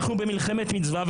אנחנו במלחמת מצווה,